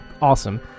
Awesome